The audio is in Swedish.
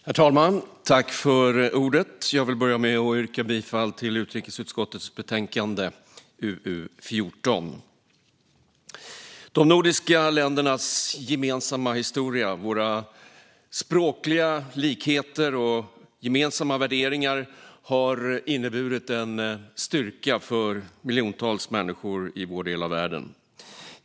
Herr talman! Jag vill börja med att yrka bifall till förslaget i utrikesutskottets betänkande UU14. De nordiska ländernas gemensamma historia, våra språkliga likheter och gemensamma värderingar har inneburit en styrka för miljontals människor i vår del av världen.